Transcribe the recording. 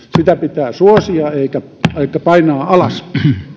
sitä pitää suosia eikä painaa alas